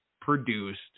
produced